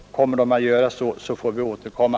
Om så sker, får vi återkomma.